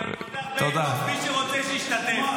אני פותח פייבוקס, מי שרוצה שישתתף.